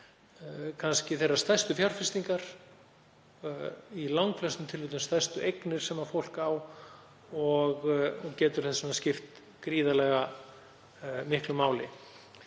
tala um þeirra stærstu fjárfestingar í langflestum tilfellum stærstu eignir sem fólk á og getur þess vegna skipt gríðarlega miklu máli.